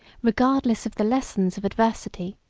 regardless of the lessons of adversity,